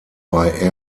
bei